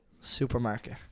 supermarket